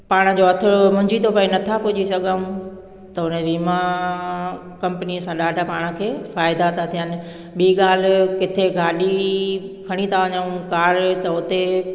पाण जो हथु मुंझी थो पए नथां पुॼी सघूं त हुन वीमा कंपनीअ सां ॾाढा पाण खे फ़ाइदा था थियनि ॿीं ॻाल्हि किथे गाॾी खणी त वञूं कार त हुते